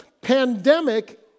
pandemic